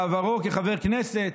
בעברו כחבר כנסת,